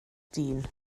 dyn